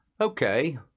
Okay